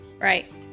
Right